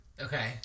okay